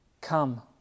Come